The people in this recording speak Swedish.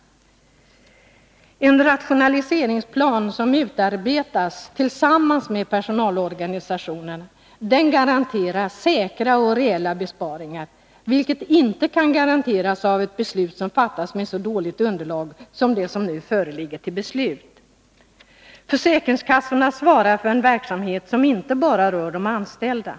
En rationaliseringsplan som utarbetas tillsammans med personalorganisationerna garanterar säkra och reella besparingar, vilket inte kan garanteras genom ett beslut som fattas med så dåligt underlag som det som nu föreligger. Försäkringskassorna svarar för en verksamhet som inte bara rör de anställda.